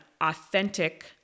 authentic